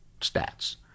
stats